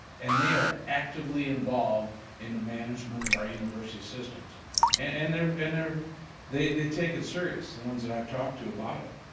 and they are actively involved in the management of our university systems and they're in there they they take it serious the ones that i've talked to about it.